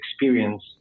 experience